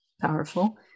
powerful